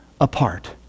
apart